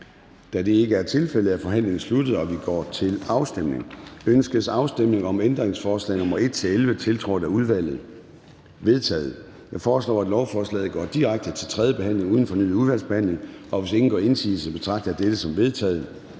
Da det ikke er tilfældet, er forhandlingen sluttet, og vi går til afstemning. Kl. 10:25 Afstemning Formanden (Søren Gade): Ønskes afstemning om ændringsforslag nr. 1-11, tiltrådt af udvalget? De er vedtaget. Jeg foreslår, at lovforslaget går direkte til tredje behandling uden fornyet udvalgsbehandling. Hvis ingen gør indsigelse, betragter jeg dette som vedtaget.